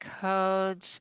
codes